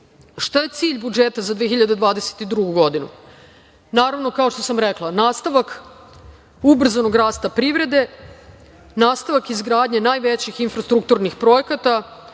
je cilj budžeta za 2022. godinu? Naravno, kao što sam rekla, nastavak ubrzanog rasta privrede, nastavak izgradnje najvećih infrastrukturnih projekata